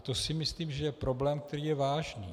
To si myslím, že je problém, který je vážný.